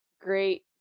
great